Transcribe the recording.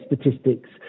statistics